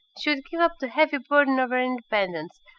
she would give up the heavy burden of her independence,